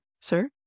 sir